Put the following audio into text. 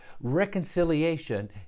Reconciliation